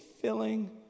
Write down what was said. filling